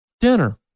dinner